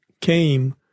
came